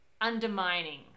undermining